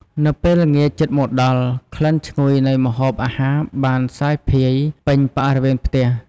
នៅពេលល្ងាចជិតមកដល់ ក្លិនឈ្ងុយនៃម្ហូបអាហារបានសាយភាយពេញបរិវេណផ្ទះ។